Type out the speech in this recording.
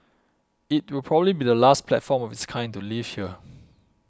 it will probably be the last platform of its kind to leave here